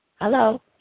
Hello